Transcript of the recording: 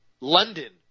London